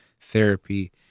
therapy